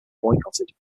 boycotted